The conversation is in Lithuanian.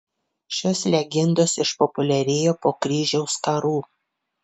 šios legendos išpopuliarėjo po kryžiaus karų